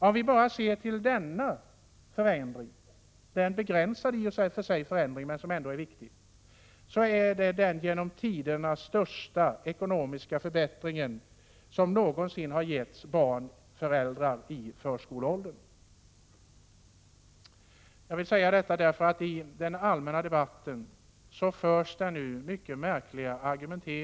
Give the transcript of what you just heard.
Om vi så bara ser till denna i och för sig begränsade men ändå viktiga förändring, handlar det om den genom tiderna största ekonomiska förbättring som någonsin har gjorts för föräldrar med barn i förskoleåldern. Jag vill säga detta, eftersom det i den allmänna debatten nu framförs mycket märkliga argument.